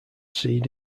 seed